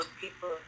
people